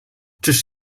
czyż